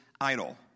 idle